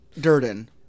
Durden